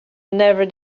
never